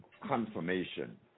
confirmation